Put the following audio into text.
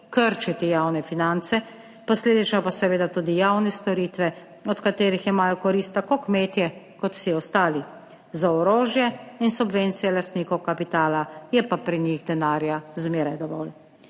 krčiti javne finance, posledično pa seveda tudi javne storitve, od katerih imajo korist tako kmetje kot vsi ostali. Za orožje in subvencije lastnikov kapitala je pa pri njih denarja zmeraj dovolj.